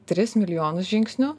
tris milijonus žingsnių